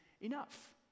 enough